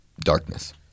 darkness